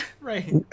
Right